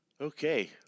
Okay